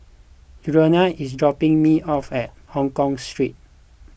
Julianne is dropping me off at Hongkong Street